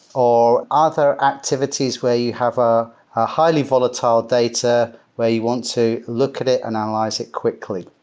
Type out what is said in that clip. or other activities where you have a highly volatile data where you want to look at it, analyze it quickly.